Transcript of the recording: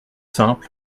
simple